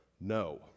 no